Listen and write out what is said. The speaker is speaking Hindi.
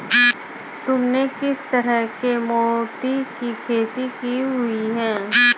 तुमने किस तरह के मोती की खेती की हुई है?